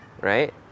right